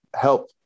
help